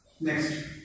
Next